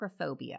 acrophobia